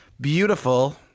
beautiful